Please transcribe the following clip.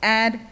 add